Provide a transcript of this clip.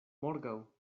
morgaŭ